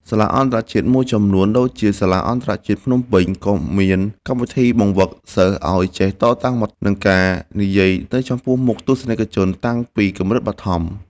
សាលាអន្តរជាតិមួយចំនួនដូចជា សាលាអន្តរជាតិភ្នំពេញ ក៏មានកម្មវិធីបង្វឹកសិស្សឱ្យចេះតតាំងមតិ និងនិយាយនៅចំពោះមុខទស្សនិកជនតាំងពីកម្រិតបឋម។